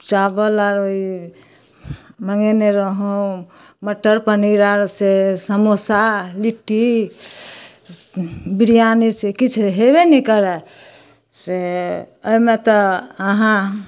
चावल आर ई मङ्गेने रहौं मटर पनीर आर से समोसा लिट्टी बिरियानी से किछु हेबे नहि करय से एहिमे तऽ आहाँ